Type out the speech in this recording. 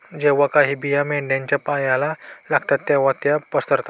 जेव्हा काही बिया मेंढ्यांच्या पायाला लागतात तेव्हा त्या पसरतात